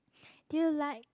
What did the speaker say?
do you like